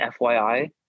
FYI